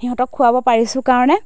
সিহঁতক খোৱাব পাৰিছোঁ কাৰণে